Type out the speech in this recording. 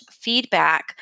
feedback